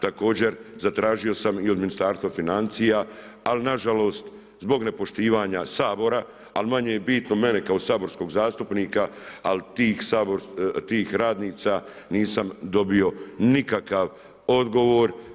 Također, zatražio sam i od Ministarstva financija, ali nažalost, zbog nepoštivanja Sabora, ali manje je bitno mene kao saborskih zastupnika, ali tih radnica, nisam dobio nikakav odgovor.